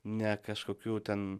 ne kažkokių ten